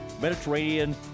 mediterranean